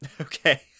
Okay